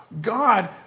God